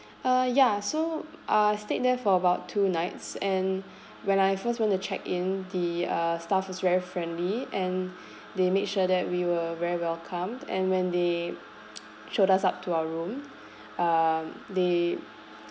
uh ya so uh stayed there for about two nights and when I first went to check in the uh staff was very friendly and they made sure that we were very welcomed and when they showed us up to our room um they